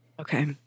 Okay